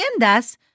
tiendas